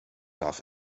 darf